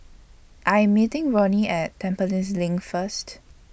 I Am meeting Ronin At Tampines LINK First